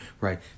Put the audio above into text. right